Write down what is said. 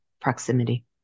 proximity